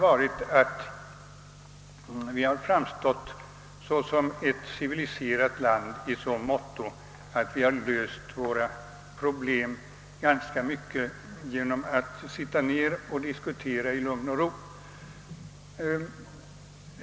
Sverige har nämligen framstått som ett civiliserat land i så måtto att vi i stor utsträckning löst våra problem genom att sätta oss ned och diskutera i lugn och ro.